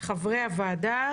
חברי הוועדה